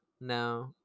no